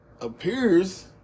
appears